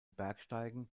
bergsteigen